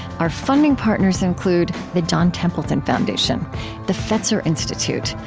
our funding partners include the john templeton foundation the fetzer institute,